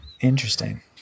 interesting